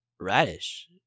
radish